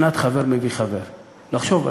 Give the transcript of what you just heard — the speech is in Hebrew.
שנת "חבר מביא חבר"; לחשוב,